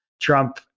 Trump